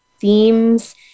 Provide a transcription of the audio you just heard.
themes